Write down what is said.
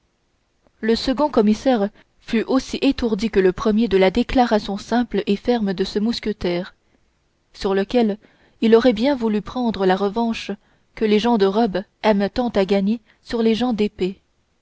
le second commissaire fut aussi étourdi que le premier de la déclaration simple et ferme de ce mousquetaire sur lequel il aurait bien voulu prendre la revanche que les gens de robe aiment tant à gagner sur les gens d'épée